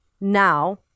now